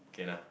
okay nah